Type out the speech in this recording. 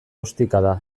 ostikada